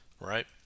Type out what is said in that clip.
right